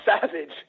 Savage